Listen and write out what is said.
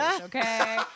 okay